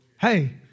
Hey